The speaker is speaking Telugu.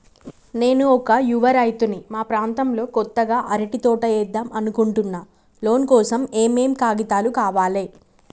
నేను ఒక యువ రైతుని మా ప్రాంతంలో కొత్తగా అరటి తోట ఏద్దం అనుకుంటున్నా లోన్ కోసం ఏం ఏం కాగితాలు కావాలే?